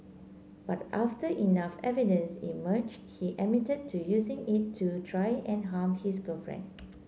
but after enough evidence emerged he admitted to using it to try and harm his girlfriend